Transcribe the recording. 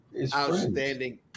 Outstanding